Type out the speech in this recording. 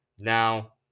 Now